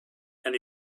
and